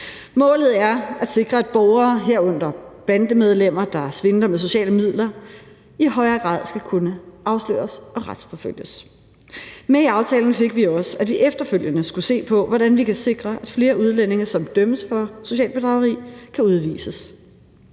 Målet er at sikre, at borgere, herunder bandemedlemmer, der svindler med sociale midler, i højere grad skal kunne afsløres og retsforfølges. Med i aftalen fik vi også, at vi efterfølgende skulle se på, hvordan vi kan sikre, at flere udlændinge, som dømmes for socialt bedrageri, kan udvises.